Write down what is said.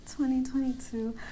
2022